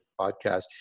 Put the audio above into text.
Podcast